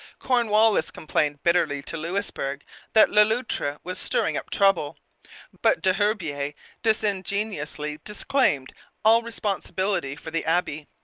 cornwallis complained bitterly to louisbourg that le loutre was stirring up trouble but des herbiers disingenuously disclaimed all responsibility for the abbe.